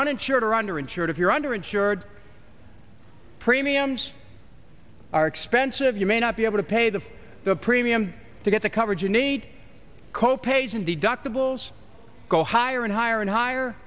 uninsured or under insured if you're under insured dams are expensive you may not be able to pay the the premium to get the coverage you need co pays and deductibles go higher and higher and higher